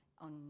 on